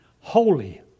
Holy